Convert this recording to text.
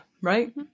Right